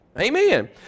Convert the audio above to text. Amen